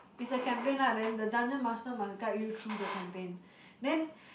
it's a campaign [right] then the dungeon master must guide you through the campaign then